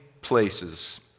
places